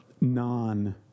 non